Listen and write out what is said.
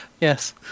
Yes